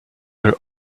her